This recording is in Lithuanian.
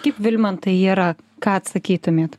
kaip vilmantai yra ką atsakytumėt